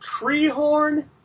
Treehorn